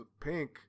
pink